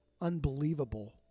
unbelievable